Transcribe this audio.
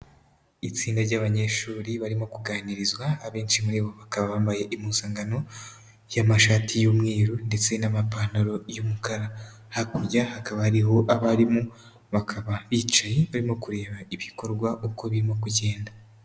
Itsinda ry'abanyeshuri barimo kuganirizwa, abenshi muri bo bakaba bambaye impuzankano y'amashati y'umweru ndetse n'amapantaro y'umukara. Hakurya hakaba hariho abarimu bakaba bicaye barimo kureba ibikorwa uko birimo kugenda.